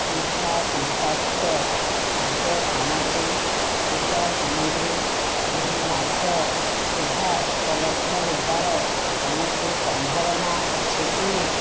ମିଠା ସଂସାଧିତ ଖାଦ୍ୟ ସାମଗ୍ରୀ ପୂଜା ସାମଗ୍ରୀ ଏହି ମାସ ସୁଦ୍ଧା ଉପଲବ୍ଧ ହେବାର କୌଣସି ସମ୍ଭାବନା ଅଛି କି